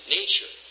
nature